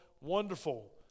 Wonderful